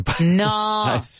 no